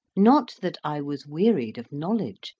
not that i was wearied of knowledge.